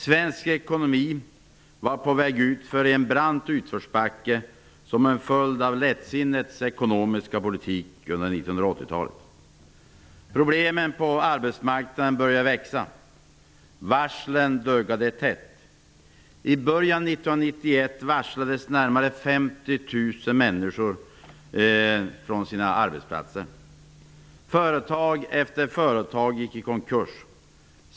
Svensk ekonomi var på väg utför i en brant utförsbacke som en följd av lättsinnets ekonomiska politik under 1980-talet. Problemen på arbetsmarknaden började växa. Varslen duggade tätt. I början av 1991 varslades närmare 50 000 människor om uppsägning från sina arbeten. Företag efter företag gick i konkurs.